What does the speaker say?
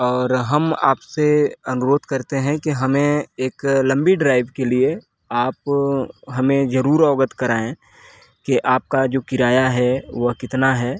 और हम आपसे अनुरोध करते हैं कि हमें एक लंबी ड्राइव के लिए आप हमें जरूर अवगत कराएँ कि आपका जो किराया है वह कितना है